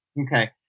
Okay